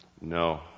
No